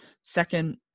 second